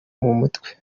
mutwe